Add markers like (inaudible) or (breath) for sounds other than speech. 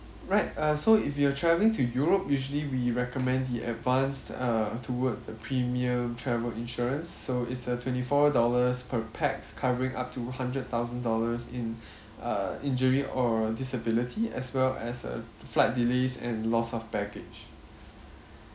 right uh so if you are travelling to europe usually we recommend the advanced uh towards the premium travel insurance so it's uh twenty four dollars per pax covering up to a hundred thousand dollars in (breath) uh injury or uh disability as well as uh f~ flight delays and loss of baggage (breath)